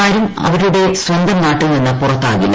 ആരും അവരുടെ സ്വത്തുട്ട് നാട്ടിൽ നിന്ന് പുറത്താകില്ല